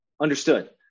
Understood